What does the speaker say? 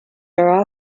are